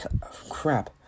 Crap